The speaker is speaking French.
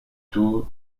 tout